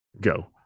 go